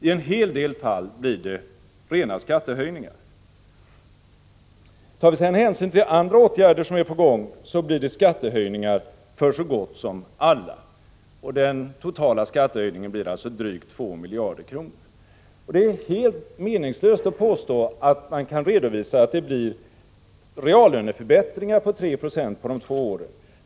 I en hel del fall blir det rena skattehöjningar. Tar vi sedan hänsyn till andra åtgärder som är på gång, så blir det skattehöjningar för så gott som alla. Den totala skattehöjningen blir alltså drygt 2 miljarder kronor. Det är helt meningslöst att påstå att det blir reallöneförbättringar på 3 Jo under de två åren.